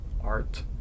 art